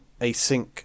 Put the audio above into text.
async